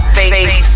Face